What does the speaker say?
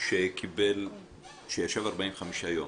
שממתין 45 ימים